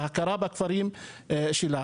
והכרה בכפרים שלה.